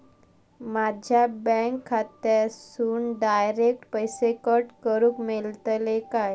माझ्या बँक खात्यासून डायरेक्ट पैसे कट करूक मेलतले काय?